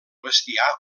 bestiar